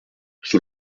sous